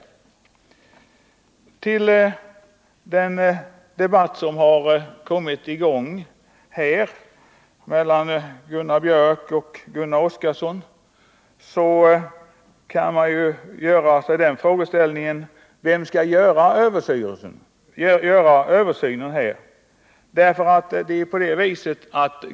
I anslutning till den debatt som har kommit i gång här mellan Gunnar Björk i Gävle och Gunnar Oskarson kan man fråga sig: Vem skall göra denna översyn?